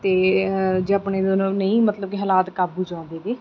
ਅਤੇ ਜੇ ਆਪਣੇ ਇਹਦੇ ਨਾਲ ਨਹੀਂ ਮਤਲਬ ਕਿ ਹਾਲਾਤ ਕਾਬੂ 'ਚ ਆਉਂਦੇ ਗੇ